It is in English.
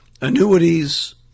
annuities